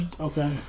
Okay